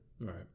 Right